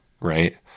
Right